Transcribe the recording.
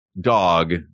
dog